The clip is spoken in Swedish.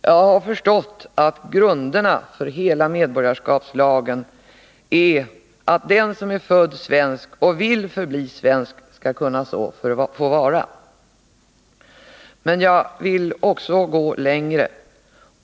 Jag har förstått att grunderna för hela medborgarskapslagen är att den som är född svensk och vill förbli svensk skall kunna så förbli. Men jag vill också gå längre.